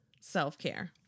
self-care